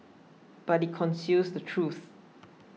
but it conceals the truth